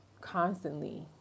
constantly